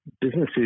businesses